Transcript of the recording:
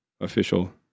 official